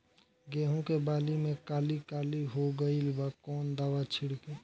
गेहूं के बाली में काली काली हो गइल बा कवन दावा छिड़कि?